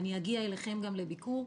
ואני אגיע אליכם גם לביקור,